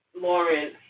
Lawrence